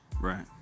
Right